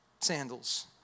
sandals